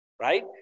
right